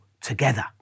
together